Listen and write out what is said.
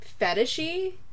fetishy